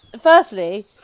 Firstly